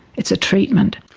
it's a treatment.